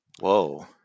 Whoa